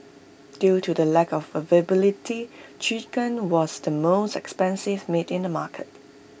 due to the lack of availability chicken was the most expensive meat in the market